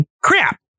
Crap